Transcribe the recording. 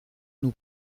nous